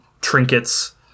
trinkets